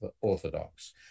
orthodox